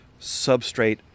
substrate